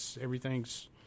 everything's